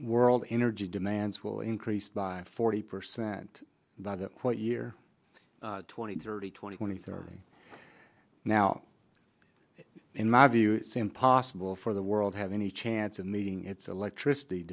world energy demands will increase by forty percent what year twenty thirty twenty twenty thirty now in my view it's impossible for the world have any chance of meeting its electricity